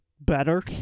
better